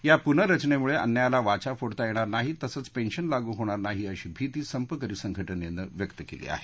या पुनर्रचनेमुळे अन्यायाला वाचा फोडता येणार नाही तसंच पेंशन लागू होणार नाही अशी भीती संपकरी संघटनेनं व्यक्त केली आहे